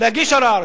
להגיש ערר.